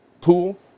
pool